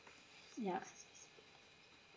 yup